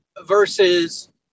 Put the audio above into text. versus